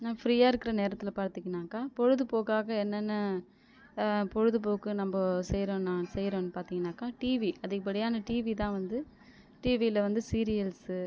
நான் ஃபிரீயாக இருக்கிற நேரத்தில் பார்த்தீங்கனாக்கா பொழுதுப்போக்காக என்னென்ன பொழுதுப்போக்கு நம்ம செய்கிறோம்னா செய்கிறோம்னு பார்த்தீங்கனாக்கா டிவி அதிக படியான டிவி தான் வந்து டிவியில் வந்து சீரியல்ஸ்சு